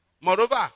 Moreover